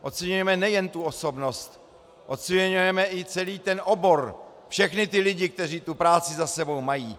Oceňujeme nejen tu osobnosti, oceňujeme i celý ten obor, všechny ty lidi, kteří tu práci za sebou mají.